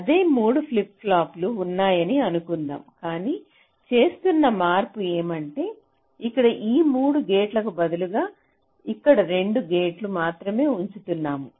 అదే 3 ఫ్లిప్ ఫ్లాప్లు ఉన్నాయని అనుకుందాం కాని చేస్తున్న మార్పు ఏమంటే ఇక్కడ ఈ 3 గేట్లకు బదులుగా ఇక్కడ 2 గేట్లను మాత్రమే ఉంచుతున్నాము